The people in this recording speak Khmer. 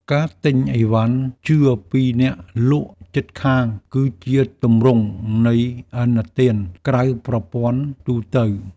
ការទិញឥវ៉ាន់ជឿពីអ្នកលក់ជិតខាង គឺជាទម្រង់នៃឥណទានក្រៅប្រព័ន្ធទូទៅ។